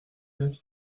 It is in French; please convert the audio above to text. être